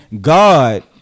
God